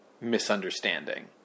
misunderstanding